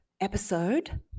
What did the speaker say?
episode